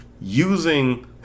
using